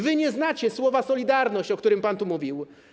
Wy nie znacie słowa solidarność, o którym pan tu mówił.